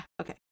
Okay